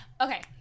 Okay